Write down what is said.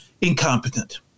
incompetent